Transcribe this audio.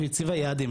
והיא הציבה יעדים.